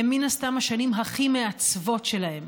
הן מן הסתם השנים הכי מעצבות שלהם.